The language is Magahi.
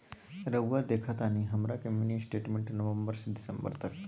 रहुआ देखतानी हमरा के मिनी स्टेटमेंट नवंबर से दिसंबर तक?